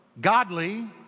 godly